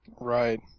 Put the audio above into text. Right